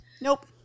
Nope